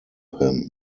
him